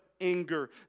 anger